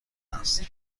است